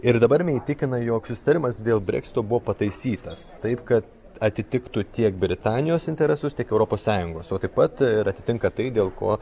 ir dabar neįtikina jog susitarimas dėl breksito buvo pataisytas taip kad atitiktų tiek britanijos interesus tiek europos sąjungos o taip pat ir atitinka tai dėl ko